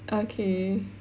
okay